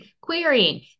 querying